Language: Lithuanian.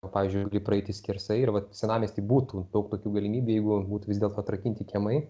o pavyzdžiui irgi praeiti skersai ir vat senamiestyje būtų daug tokių galimybių jeigu būtų vis dėlto atrakinti kiemai